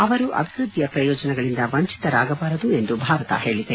ಅವರು ಅಭಿವೃದ್ಧಿಯ ಪ್ರಯೋಜನಗಳಿಂದ ವಂಚಿತರಾಗಬಾರದು ಎಂದು ಭಾರತ ಹೇಳಿದೆ